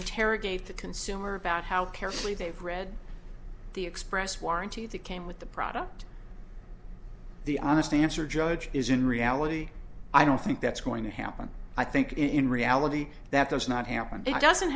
interrogate the consumer about how carefully they've read the express warranty that came with the product the honest answer judge is in reality i don't think that's going to happen i think in reality that does not happen it doesn't